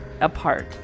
apart